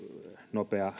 nopeaa